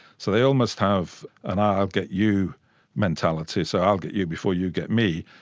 so they almost have an i'll get you mentality, so i'll get you before you get me,